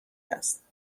است